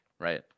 Right